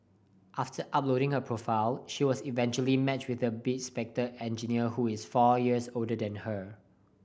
after uploading her profile she was eventually matched with a bespectacled engineer who is four years older than her